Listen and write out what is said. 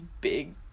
big